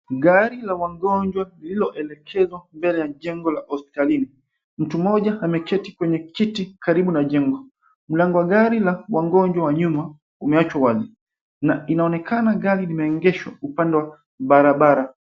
Gari la wagonjwa lililoelekezwa mbele ya jengo la hospitalini . Mgonjwa ameketi kwenye kiti karibu na jengo. Mlango wa gari la wagonjwa wa nyuma, umeachwa wazi na inaonekana gari limeegeshwa upande wa barabara.